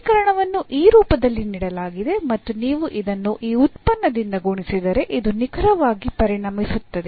ಸಮೀಕರಣವನ್ನು ಈ ರೂಪದಲ್ಲಿ ನೀಡಲಾಗಿದೆ ಮತ್ತು ನೀವು ಇದನ್ನು ಈ ಉತ್ಪನ್ನದಿಂದ ಗುಣಿಸಿದರೆ ಇದು ನಿಖರವಾಗಿ ಪರಿಣಮಿಸುತ್ತದೆ